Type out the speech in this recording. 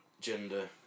gender